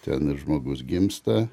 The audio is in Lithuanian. ten ir žmogus gimsta